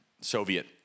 Soviet